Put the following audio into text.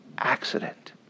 accident